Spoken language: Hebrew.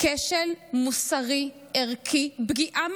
כשל מוסרי, ערכי, פגיעה